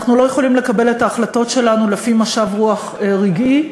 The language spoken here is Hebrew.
אנחנו לא יכולים לקבל את ההחלטות שלנו לפי משב רוח רגעי,